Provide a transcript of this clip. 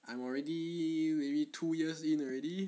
I'm already maybe two years in already